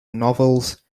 novels